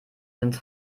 sind